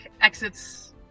exits